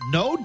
no